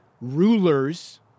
rulers